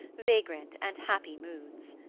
vagrant and happy moods.